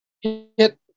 hit